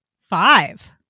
Five